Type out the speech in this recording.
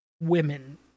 women